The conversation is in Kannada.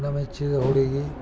ಮನ ಮೆಚ್ಚಿದ ಹುಡುಗಿ